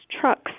trucks